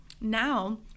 Now